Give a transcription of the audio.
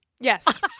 Yes